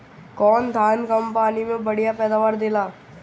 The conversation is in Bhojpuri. कौन धान कम पानी में बढ़या पैदावार देला?